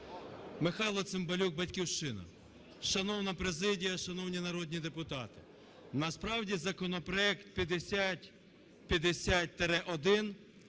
Михайло Цимбалюк, "Батьківщина". Шановна президія! Шановні народні депутати! Насправді законопроект 5050-1